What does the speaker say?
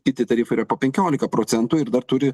kiti tarifai yra po penkiolika procentų ir dar turi